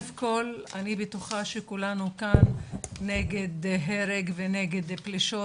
אני בטוחה שכולנו כאן נגד הרג ונגד פלישות,